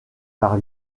par